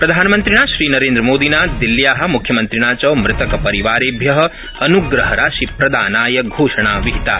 प्रधानमन्त्रिणा श्रीनरेन्द्रमोदिना दिल्ल्या मुख्यमन्त्रिणा च मृतकपरिवारेभ्य अनुग्रहराशिप्रदानाय घोषणा विहिता